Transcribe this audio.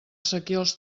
sequiols